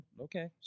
Okay